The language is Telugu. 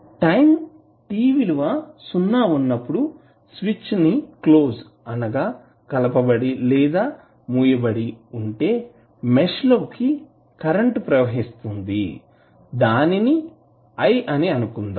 టైం t విలువ సున్నా ఉన్నప్పుడు స్విచ్ ని క్లోజ్ అనగా మూయబడితే మెష్ లో కరెంటు ప్రవహిస్తుంది దానిని i అని అనుకుందాం